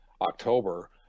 October